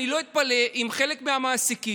אני לא אתפלא אם חלק מהמעסיקים